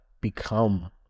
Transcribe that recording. become